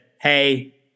Hey